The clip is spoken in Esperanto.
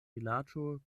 vilaĝo